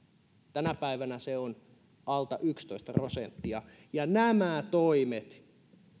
tänä päivänä se on alta yksitoista prosenttia nämä toimet